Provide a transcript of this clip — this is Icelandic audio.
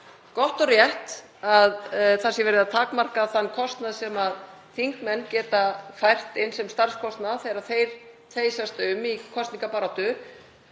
gott og rétt að verið sé að takmarka þann kostnað sem þingmenn geta fært inn sem starfskostnað þegar þeir þeysast um í kosningabaráttu,